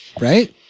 right